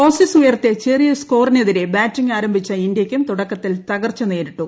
Aussies ഉയർത്തിയ ചെറിയ സ്കോറിനെതിരെ ബാറ്റിംഗ് ആരംഭിച്ച ഇന്ത്യക്കും തുടക്കത്തിൽ തകർച്ച നേരിട്ടു